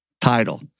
Title